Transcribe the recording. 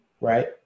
right